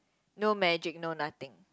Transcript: no magic no nothing